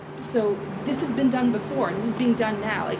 so, this has been done before. this is being done now. like